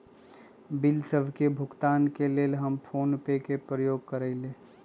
bill सभ के भुगतान के लेल हम फोनपे के प्रयोग करइले